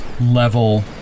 level